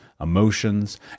emotions